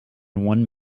one